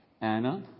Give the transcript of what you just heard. Anna